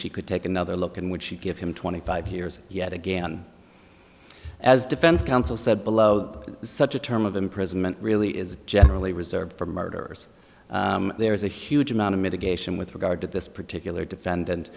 she could take another look in which she'd give him twenty five years yet again as defense counsel said below such a term of imprisonment really is generally reserved for murderers there is a huge amount of mitigation with regard to this particular defendant